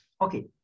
Okay